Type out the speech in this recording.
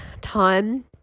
time